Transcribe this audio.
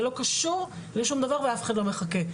זה לא קשור לשום דבר ואף אחד לא מחכה.